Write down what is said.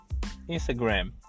Instagram